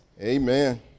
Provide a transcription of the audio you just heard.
Amen